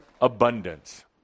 abundance